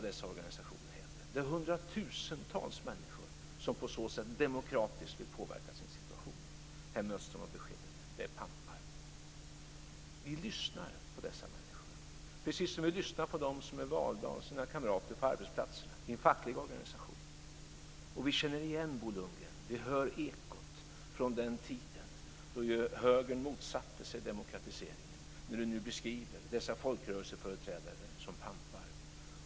Det är hundratusentals människor som på så sätt demokratiskt vill påverka sin situation. Här möts de av beskedet att det är pampar. Vi lyssnar på dessa människor, precis som vi lyssnar på dem som är valda av sina kamrater på arbetsplatserna i en facklig organisation. Vi känner igen och hör ekot från den tid då högern motsatte sig demokratiseringen när Bo Lundgren nu beskriver dessa folkrörelseföreträdare som pampar.